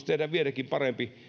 tehdä vieläkin parempi